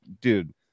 dude